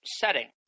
setting